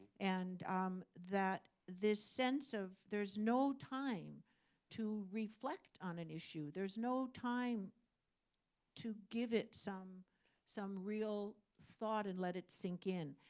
and um this sense of there's no time to reflect on an issue. there's no time to give it some some real thought and let it sink in.